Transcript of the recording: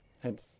Hence